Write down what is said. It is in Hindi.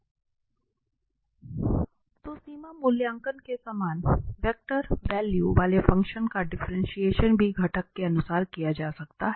तो सीमा मूल्यांकन के समान वेक्टर वैल्यू वाले फंक्शन का डिफ्रेंटिएशन भी घटक के अनुसार किया जा सकता है